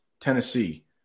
Tennessee